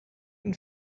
and